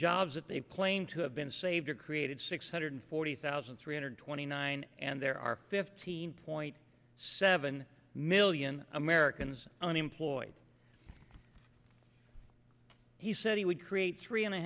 jobs that they claim to have been saved or created six hundred forty thousand three hundred twenty nine and there are fifteen point seven million americans unemployed he said he would create three and a